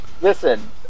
Listen